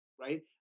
Right